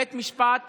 בית משפט